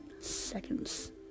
seconds